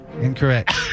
Incorrect